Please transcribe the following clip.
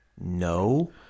No